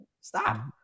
stop